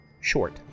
short